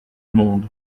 monde